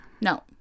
No